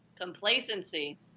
Complacency